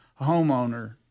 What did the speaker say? homeowner